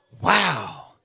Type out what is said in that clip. Wow